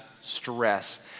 stress